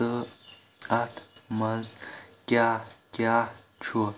تہٕ اتھ منز کیاہ کیاہ چھُ